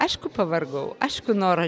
aišku pavargau aišku noriu